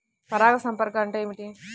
పరాగ సంపర్కం అంటే ఏమిటి?